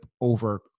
over